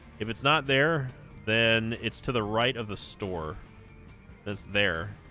if it's not there then it's to the right of the store that's there